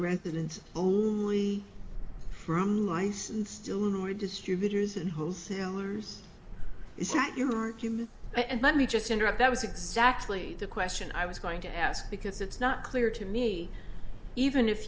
residence only from licensed illinois distributors and wholesalers is that your argument and let me just interrupt that was exactly the question i was going to ask because it's not clear to me even if